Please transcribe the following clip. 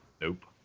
Nope